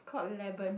called